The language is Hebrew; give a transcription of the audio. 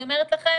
אני אומרת לכם